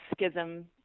schism